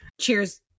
cheers